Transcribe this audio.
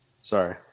Sorry